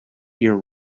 ear